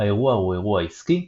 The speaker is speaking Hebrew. האירוע הוא אירוע עסקי.